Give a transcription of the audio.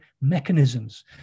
mechanisms